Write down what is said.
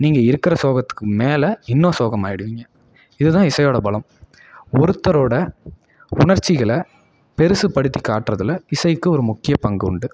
நீங்கள் இருக்கிற சோகத்துக்கு மேலே இன்னும் சோகமாயிடுவீங்க இதுதான் இசையோடய பலம் ஒருத்தரோடய உணர்ச்சிகளை பெரிசுபடுத்தி காட்டுறதுல இசைக்கு ஒரு முக்கிய பங்கு உண்டு